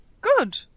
good